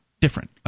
different